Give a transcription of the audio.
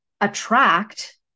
attract